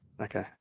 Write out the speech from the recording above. Okay